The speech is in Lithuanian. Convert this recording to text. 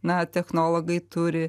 na technologai turi